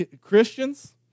Christians